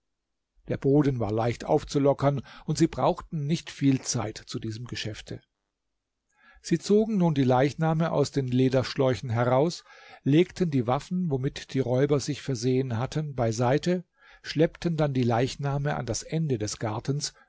der boden war leicht aufzulockern und sie brauchten nicht viel zeit zu diesem geschäfte sie zogen nun die leichname aus den lederschläuchen heraus legten die waffen womit die räuber sich versehen hatten beiseite schleppten dann die leichname an das ende des gartens